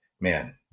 man